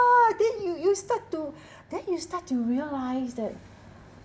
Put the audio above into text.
then you you start to then you start to realise that